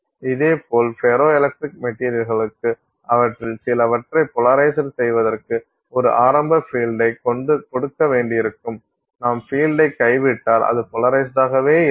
இதேபோல் ferroelectric மெட்டீரியல்களுக்கு அவற்றில் சிலவற்றை போலரைஸ்டு செய்வதற்கு ஒரு ஆரம்ப பீல்டை கொடுக்க வேண்டியிருக்கும் நாம் பீல்டை கைவிட்டால் அது போலரைஸ்டாகவே இருக்கும்